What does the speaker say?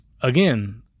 again